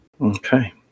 Okay